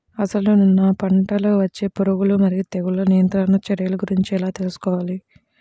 అసలు నా పంటలో వచ్చే పురుగులు మరియు తెగులుల నియంత్రణ చర్యల గురించి ఎలా తెలుసుకోవాలి?